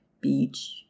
beach